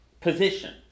position